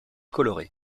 coloré